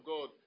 God